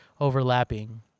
overlapping